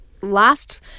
last